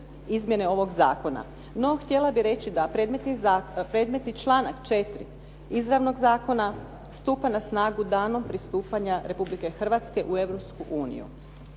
izmjene ovog zakona. No, htjela bih reći da predmetni članak 4. izravnog zakona stupa na snagu danom pristupanja Republike Hrvatske u